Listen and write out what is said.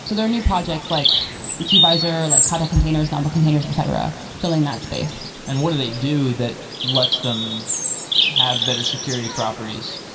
so there are new projects like gvisor, like kata containers, and but etc. filling that space and what do they do that lets them have better security properties?